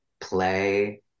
play